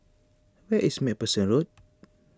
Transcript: where is MacPherson Road